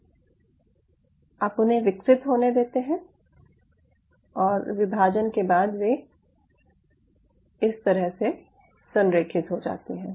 आप उन्हें विकसित होने देते हैं और विभाजन के बाद वे इस तरह से संरेखित हो जाती हैं